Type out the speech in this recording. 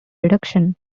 reduction